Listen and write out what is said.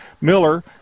Miller